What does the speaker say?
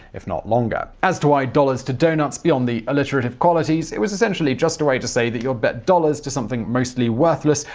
if not longer. as to why dollars to doughnuts, beyond the alliterative qualities, it was essentially just a way to say you'd bet dollars to something mostly worthless,